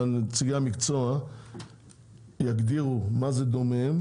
שנציגי המקצוע יגדירו מה זה דומיהם,